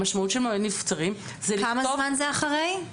המשמעות של מועד נבצרים --- כמה זמן זה אחרי?